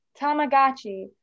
Tamagotchi